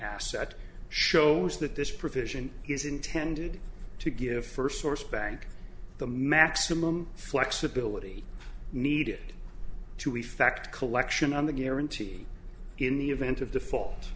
asset shows that this provision is intended to give first source bank the maximum flexibility needed to effect collection on the guarantee in the event of default